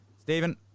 Stephen